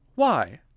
why?